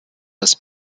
das